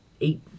eight